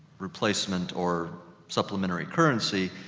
replacement or supplementary currency,